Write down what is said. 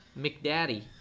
McDaddy